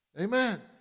Amen